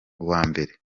mbere